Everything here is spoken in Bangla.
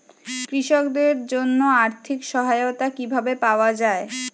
কৃষকদের জন্য আর্থিক সহায়তা কিভাবে পাওয়া য়ায়?